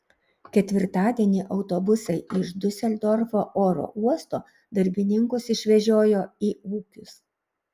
ketvirtadienį autobusai iš diuseldorfo oro uosto darbininkus išvežiojo į ūkius